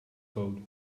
code